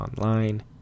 online